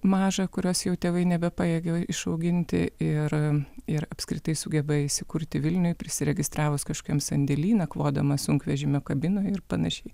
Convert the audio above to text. mažą kurios jau tėvai nebepajėgė išauginti ir ir apskritai sugeba įsikurti vilniuj prisiregistravus kažkokiam sandėly nakvodama sunkvežimio kabinoj ir panašiai